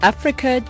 Africa